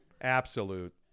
Absolute